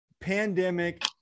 pandemic